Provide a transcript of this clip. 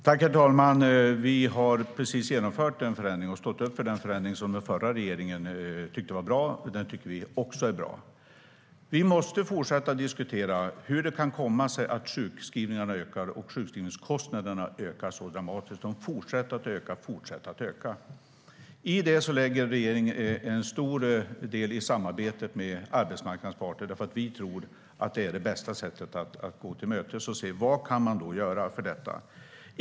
Herr talman! Vi har nyligen genomfört en förändring och stått upp för den förändring som den förra regeringen tyckte var bra. Den tycker vi också är bra. Vi måste fortsätta diskutera hur det kan komma sig att sjukskrivningarna och sjukskrivningskostnaderna ökar så dramatiskt. De fortsätter att öka. Regeringen samarbetar till stor del med arbetsmarknadens parter när det gäller detta. Vi tror nämligen att det är det bästa sättet att gå varandra till mötes för att se vad man kan göra.